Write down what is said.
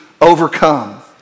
overcome